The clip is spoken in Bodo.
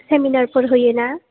सेमिनारफोर होयोना